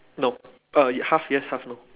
nope uh half yes half no